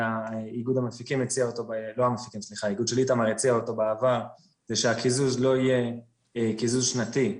אלא האיגוד של איתמר הציע אותו בעבר זה שהקיזוז לא יהיה קיזוז שנתי.